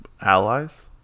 allies